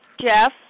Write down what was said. Jeff